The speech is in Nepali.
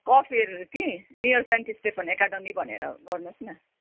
कफेर कि नियर सेन्ट स्टेफन एकाडमी भनेर गर्नुहोस् न